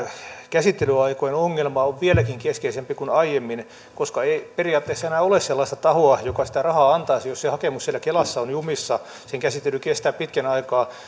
käsittelyaikojen ongelma on vieläkin keskeisempi kuin aiemmin koska ei periaatteessa enää ole sellaista tahoa joka sitä rahaa antaisi jos se hakemus siellä kelassa on jumissa sen käsittely kestää pitkän aikaa